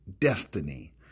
destiny